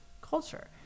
culture